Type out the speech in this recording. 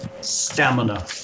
stamina